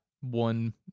one